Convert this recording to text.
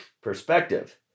Perspective